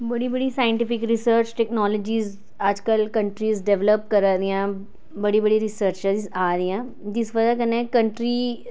बड़ी बड़ी scientific research technologies अज्ज कल कंट्रीज़ डेवलप करा दियां बड़ी बड़ी रिसर्चस आदियां जिस बजह् कन्नै कंट्री